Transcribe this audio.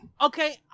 Okay